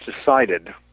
decided